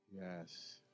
Yes